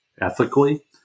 ethically